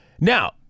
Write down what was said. Now